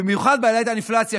במיוחד בעיית האינפלציה,